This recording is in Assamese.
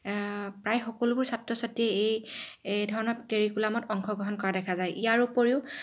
প্ৰায় সকলোবোৰ ছাত্ৰ ছাত্ৰীয়েই এই এই ধৰণৰ কেৰিকুলামত অংশগ্ৰহণ কৰা দেখা যায় ইয়াৰ উপৰিও